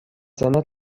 seiner